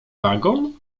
wagon